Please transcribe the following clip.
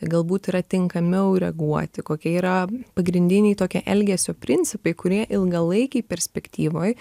galbūt yra tinkamiau reaguoti kokie yra pagrindiniai tokio elgesio principai kurie ilgalaikėj perspektyvoj